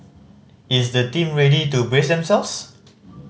is the team ready to brace themselves